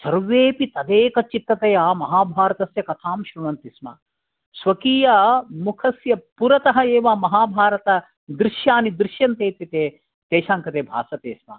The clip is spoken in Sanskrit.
सर्वेऽपि तदेकचित्ततया महाभारतस्य कथां शृन्वन्ति स्म स्वकीय मुखस्य पुरतः एव महाभारतदृश्यानि दृश्यन्ते इति तेषां कृते भाषते स्म